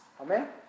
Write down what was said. Amen